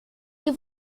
ihr